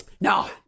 No